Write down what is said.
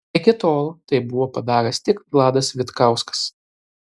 iki tol tai buvo padaręs tik vladas vitkauskas